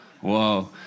whoa